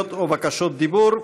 הסתייגויות או בקשות דיבור.